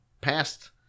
past